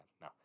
No